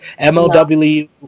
MLW